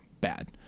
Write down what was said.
bad